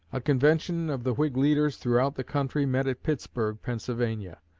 a convention of the whig leaders throughout the country met at pittsburgh, pennsylvania,